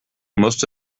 most